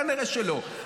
כנראה שלא.